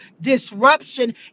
disruption